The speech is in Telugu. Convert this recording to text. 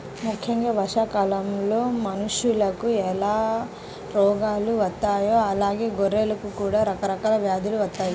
ముక్కెంగా వర్షాకాలంలో మనుషులకు ఎలా రోగాలు వత్తాయో అలానే గొర్రెలకు కూడా రకరకాల వ్యాధులు వత్తయ్యి